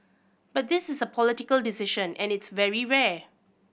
but this is a political decision and it's very rare